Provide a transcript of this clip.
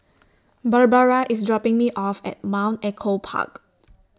Barbara IS dropping Me off At Mount Echo Park